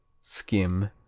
skim